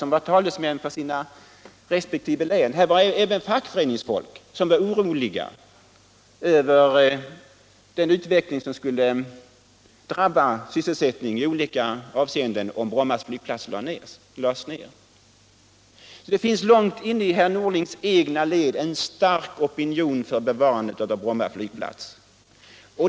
Här var även fackföreningsfolk, som var oroliga över den utveckling som skulle drabba sysselsättningen i olika avseenden om Bromma flygplats lades ned. Långt in i herr Norlings egna led finns alltså en stark opinion för bevarandet av Bromma flygplats.